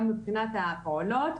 גם מבחינת הפעולות.